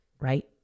right